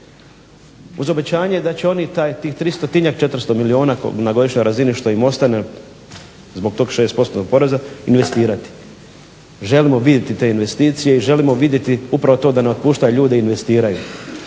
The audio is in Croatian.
uz obećanje da će oni tih 300-njak, 400 milijuna na godišnjoj razini što im ostane zbog tog 6% poreza investirati. Želimo vidjeti te investicije i želimo vidjeti upravo to da ne otpuštaju ljude i investiraju,